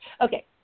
Okay